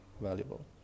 valuable